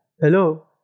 Hello